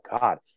God